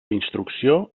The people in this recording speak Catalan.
instrucció